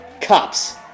Cops